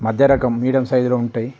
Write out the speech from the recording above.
మధ్య రకం మీడియం సైజులో ఉంటాయి